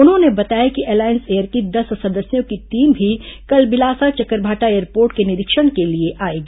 उन्होंने बताया कि एलाइंस एयर की दस सदस्यों की टीम भी कल बिलासा चकरभाटा एयरपोर्ट के निरीक्षण के लिए आएगी